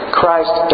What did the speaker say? Christ